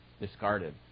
discarded